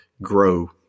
grow